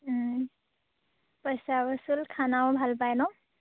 পইচা ৱসুল খানাও ভাল পায় ন